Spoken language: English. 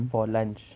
for lunch